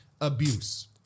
abuse